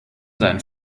seinen